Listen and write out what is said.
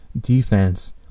defense